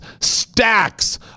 stacks